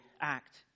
act